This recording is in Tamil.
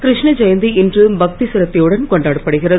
கிருஷ்ண ஜெயந்தி இன்று பக்திசிரத்தையுடன் கொண்டாடப்படுகிறது